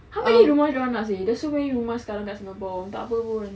how many rumah dorang nak seh there are so many rumah sekarang kat singapore tak apa pun